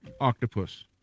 octopus